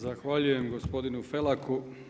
Zahvaljujem gospodinu Felaku.